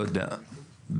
לא יודע,